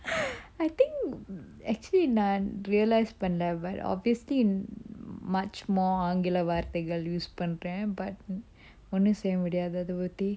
I think actually நான்:naan realise பண்ணன்:pannan but obviously much more ஆங்கில வார்த்தைகள்:aangila varathaikal use பண்றன்:panran but ஒன்னும் செய்ய முடியாது அது பத்தி:onnum seyya mudiyathu athu pathi